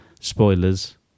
spoilers